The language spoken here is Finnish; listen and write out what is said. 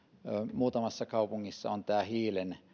muutamassa kaupungissa on hiilen